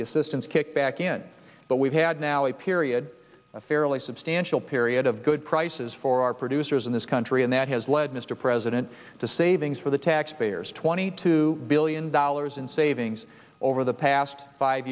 the assistance kicked back in but we've had now a period a fairly substantial period of good prices for our producers in this country and that has led mr president to savings for the taxpayers twenty two billion dollars in savings over the past five